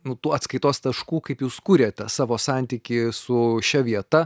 nu tų atskaitos taškų kaip jūs kuriate savo santykį su šia vieta